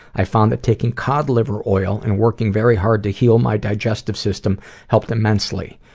i found that taking cod liver oil and working very hard to heal my digestive system helped immensely.